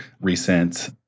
recent